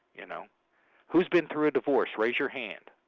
you know who's been through a divorce? raise your hand.